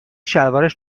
شلوارش